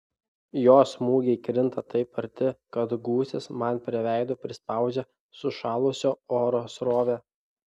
jo smūgiai krinta taip arti kad gūsis man prie veido prispaudžia sušalusio oro srovę